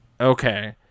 Okay